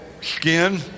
skin